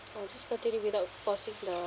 oh just continue without forcing the